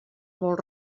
molt